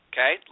Okay